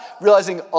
realizing